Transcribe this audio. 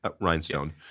Rhinestone